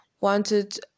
wanted